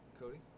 Cody